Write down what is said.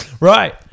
Right